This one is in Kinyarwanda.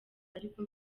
ariko